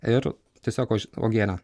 ir tiesiog uogienę